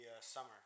summer